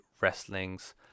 Wrestling's